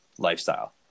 Lifestyle